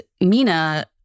Mina